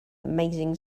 amazing